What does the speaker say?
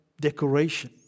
decoration